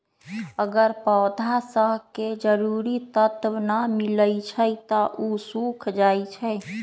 अगर पौधा स के जरूरी तत्व न मिलई छई त उ सूख जाई छई